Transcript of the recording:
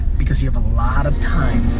because you have a lot of time